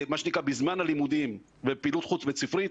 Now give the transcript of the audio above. מה שנקרא בזמן הלימודים ובפעילות חוץ בית-ספרית,